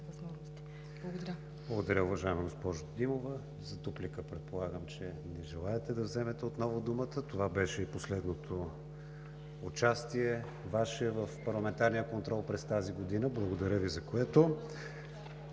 КРИСТИАН ВИГЕНИН: Благодаря, уважаема госпожо Димова. За дуплика предполагам, че не желаете да вземете отново думата. Това беше и последното Ваше участие в парламентарния контрол през тази година. Благодаря Ви.